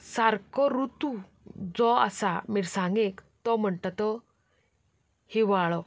सारको रुतू जो आसा मिरसांगेक तो म्हणटा तो हिंवाळो